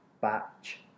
batch